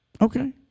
Okay